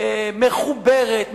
מחוברת,